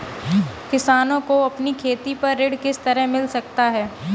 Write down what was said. किसानों को अपनी खेती पर ऋण किस तरह मिल सकता है?